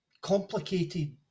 complicated